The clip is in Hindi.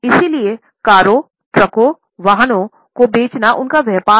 इसलिए कारों ट्रकों वाहनों को बेचना उनका व्यापार है